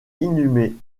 inhumés